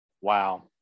Wow